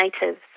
natives